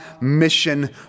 mission